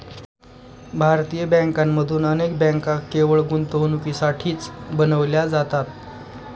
भारतीय बँकांमधून अनेक बँका केवळ गुंतवणुकीसाठीच बनविल्या जातात